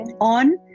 on